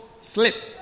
slip